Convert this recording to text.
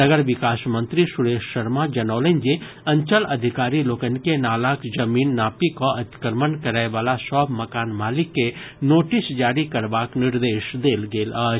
नगर विकास मंत्री सुरेश शर्मा जनौलनि जे अंचल अधिकारी लोकनि के नालाक जमीन नापी कऽ अतिक्रमण करय वला सभ मकान मालिक के नोटिस जारी करबाक निर्देश देल गेल अछि